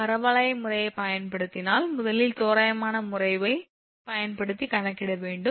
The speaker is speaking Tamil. பரவளைய முறையைப் பயன்படுத்தினால் முதலில் தோராயமான முறையைப் பயன்படுத்தி கணக்கிட வேண்டும்